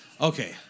Okay